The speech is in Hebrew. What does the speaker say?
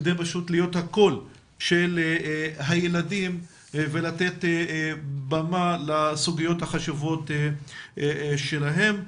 כדי פשוט להיות הקול של הילדים ולתת במה לסוגיות החשובות שלהם.